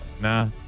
Nah